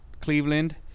Cleveland